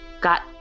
got